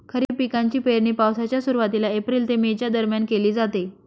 खरीप पिकांची पेरणी पावसाच्या सुरुवातीला एप्रिल ते मे च्या दरम्यान केली जाते